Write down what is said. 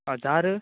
हजार